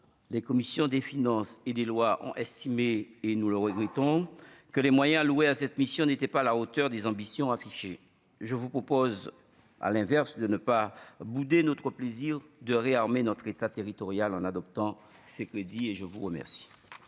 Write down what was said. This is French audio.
les commissions des finances et des lois ont estimé, et nous le regrettons que les moyens alloués à cette mission n'était pas à la hauteur des ambitions affichées, je vous propose, à l'inverse de ne pas bouder notre plaisir de réarmer notre État territoriale en adoptant ces crédits et je vous remercie.